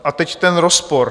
A teď ten rozpor.